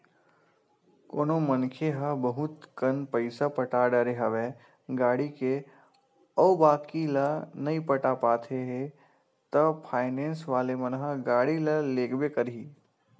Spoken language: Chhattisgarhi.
कोनो मनखे ह बहुत कन पइसा पटा डरे हवे गाड़ी के अउ बाकी ल नइ पटा पाते हे ता फायनेंस वाले मन ह गाड़ी ल लेगबे करही